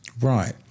Right